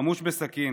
חמוש בסכין